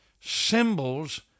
symbols